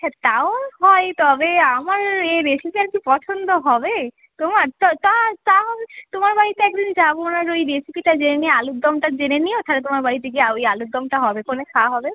হ্যাঁ তাও হয় তবে আমার এর রেসিপি আর কি পছন্দ হবে তোমার তা তা তা তোমার বাড়িতে এক দিন যাবো আর ওই রেসিপিটা জেনে নিয়ে আলুরদমটা জেনে নিয়েও থালে তোমার বাড়িতে গিয়ে ওই আলুরদমটা হবে খনে খাওয়া হবে